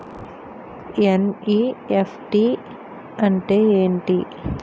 NEFT అంటే ఎంటి?